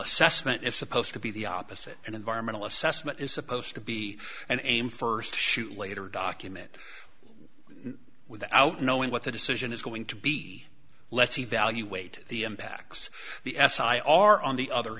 assessment is supposed to be the opposite and environmental assessment is supposed to be an aim first shoot later document without knowing what the decision is going to be let's evaluate the impacts the s i are on the other